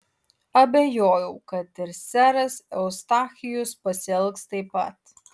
abejojau kad ir seras eustachijus pasielgs taip pat